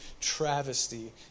travesty